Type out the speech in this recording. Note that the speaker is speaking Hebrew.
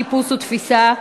חיפוש ותפיסה),